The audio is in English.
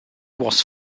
was